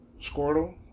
Squirtle